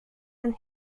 and